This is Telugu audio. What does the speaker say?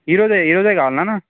ఈరోజు ఈరోజు కావాలనా అన్న